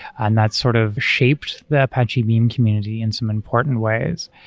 and that sort of shaped that apache beam community in some important ways.